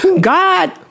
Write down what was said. God